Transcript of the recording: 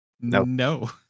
No